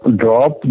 drop